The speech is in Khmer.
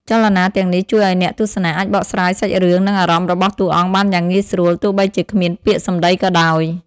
ចលនាទាំងនេះជួយឲ្យអ្នកទស្សនាអាចបកស្រាយសាច់រឿង និងអារម្មណ៍របស់តួអង្គបានយ៉ាងងាយស្រួល ទោះបីជាគ្មានពាក្យសម្តីក៏ដោយ។